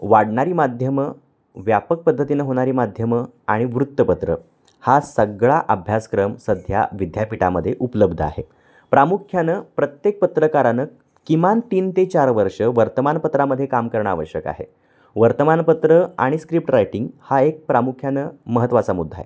वाढणारी माध्यमं व्यापक पद्धतीनं होणारी माध्यमं आणि वृत्तपत्र हा सगळा अभ्यासक्रम सध्या विद्यापीठामध्ये उपलब्ध आहे प्रामुख्यानं प्रत्येक पत्रकारानं किमान तीन ते चार वर्ष वर्तमानपत्रामध्ये काम करणं आवश्यक आहे वर्तमानपत्र आणि स्क्रिप्ट रायटिंग हा एक प्रामुख्यानं महत्त्वाचा मुद्दा आहे